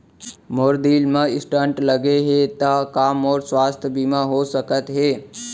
मोर दिल मा स्टन्ट लगे हे ता का मोर स्वास्थ बीमा हो सकत हे?